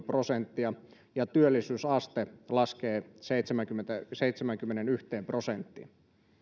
prosenttia ja työllisyysaste laskee seitsemäänkymmeneenyhteen prosenttiin